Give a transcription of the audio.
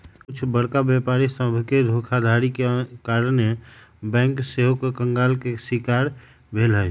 कुछ बरका व्यापारी सभके धोखाधड़ी के कारणे बैंक सेहो कंगाल के शिकार भेल हइ